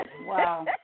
Wow